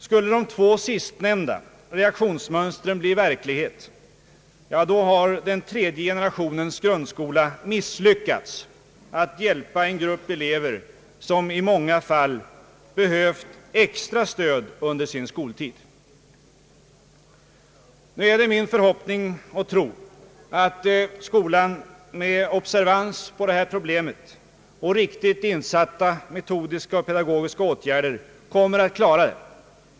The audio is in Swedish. Skulle de två sistnämnda reaktionsmönstren bli verklighet, har den tredje generationens grundskola misslyckats med att hjälpa en grupp elever, som i många fall har behövt extra stöd under sin skoltid. Nu är det min förhoppning och tro att skolan med observans på detta problem och riktigt insatta metodiska och pedagogiska åtgärder kommer att klara det.